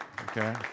Okay